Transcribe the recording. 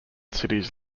cities